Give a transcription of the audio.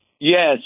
Yes